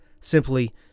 Simply